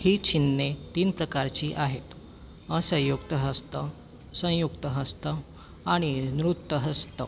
ही चिन्हे तीन प्रकारची आहेत असंयुक्त हस्त संयुक्त हस्त आणि नृत्तहस्त